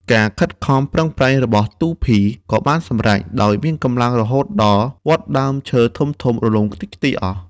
ការខិតខំប្រឹងប្រែង របស់ទូភី ក៏បានសម្រេច ដោយមានកម្លាំងរហូតដល់វ័ធដើមឈើធំៗរលំខ្ទេចខ្ទីរអស់។